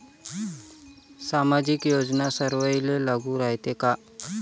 सामाजिक योजना सर्वाईले लागू रायते काय?